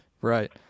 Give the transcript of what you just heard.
Right